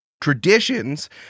Traditions